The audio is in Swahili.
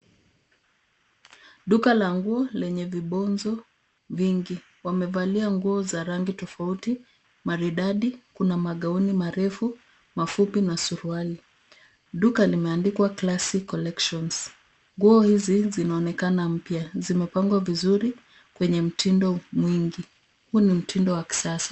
Duka la nguo lenye vibonzo vingi. Wamevalia nguo za rangi tofauti maridadi. Kuna magaoni marefu, mafupi na suruali. Duka limeandikwa classic connections . Nguo hizi zinaonekana mpya. Zimepangwa vizuri kwenye mtindo mwingi. Huu ni mtindo wa kisasa.